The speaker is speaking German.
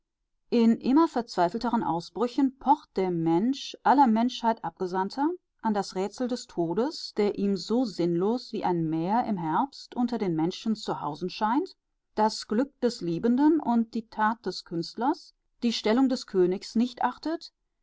in immer verzweifelteren ausbrüchen pocht der mensch aller menschheit abgesandter an das rätsel des todes der ihm sinnlos wie ein mäher im herbst unter den menschen zu hausen scheint das glück des liebenden und die tat des künstlers die stellung des königs nicht achtet